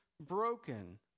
broken